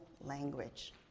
language